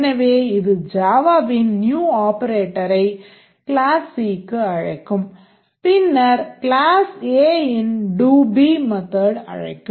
எனவே இது ஜாவாவின் new ஆபரேட்டரை class C க்கு அழைக்கும் பின்னர் class A இன் doB method அழைக்கும்